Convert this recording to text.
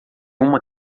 uma